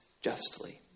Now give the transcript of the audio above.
justly